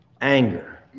Anger